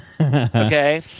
okay